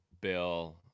bill